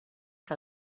que